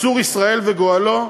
צור ישראל וגואלו,